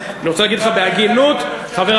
אני רוצה להגיד לך בהגינות,